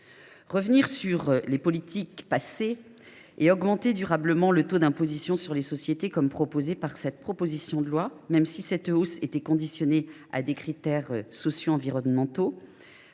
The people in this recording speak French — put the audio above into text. Revenir sur les politiques passées et augmenter durablement le taux d’imposition sur les sociétés, comme le propose l’auteur de cette proposition de loi, même en conditionnant cette hausse à des critères socio environnementaux,